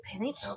paint